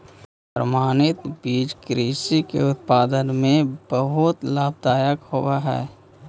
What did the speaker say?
प्रमाणित बीज कृषि के उत्पादन में बहुत लाभदायक होवे हई